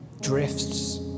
drifts